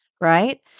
right